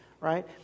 right